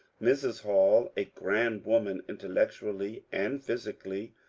mrs. hall, a grand woman intellectually and physically,